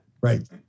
Right